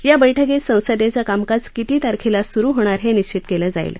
या बैठकीत संसदेचं कामकाज किती तारखेला सुरू होणार हे निश्वित केलं जाईल